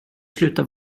sluta